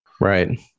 right